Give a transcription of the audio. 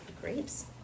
grapes